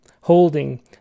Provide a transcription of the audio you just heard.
holding